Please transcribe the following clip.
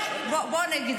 תני לי חוק